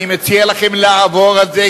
אני מציע לכם לעבור על זה,